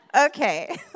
Okay